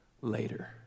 later